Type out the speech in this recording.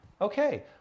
Okay